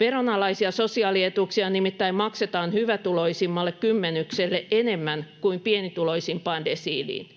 Veronalaisia sosiaalietuuksia nimittäin maksetaan hyvätuloisimmalle kymmenykselle enemmän kuin pienituloisimpaan desiiliin.